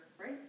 Right